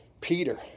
Peter